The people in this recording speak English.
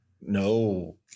No